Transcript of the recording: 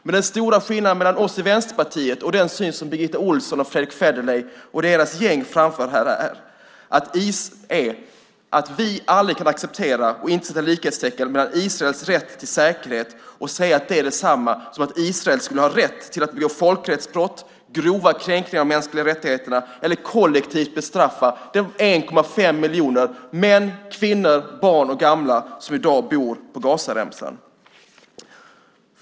Den stora skillnaden mellan oss i Vänsterpartiet och den syn som Birgitta Ohlsson, Fredrick Federley och deras gäng framför här är att vi aldrig kan acceptera och inte sätta likhetstecken mellan Israels rätt till säkerhet och att Israel skulle ha rätt att begå folkrättsbrott, grova kränkningar av de mänskliga rättigheterna eller kollektivt bestraffa en och en halv miljon män, kvinnor, barn och gamla som i dag bor på Gazaremsan.